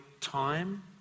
time